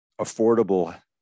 affordable